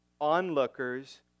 onlookers